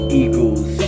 eagles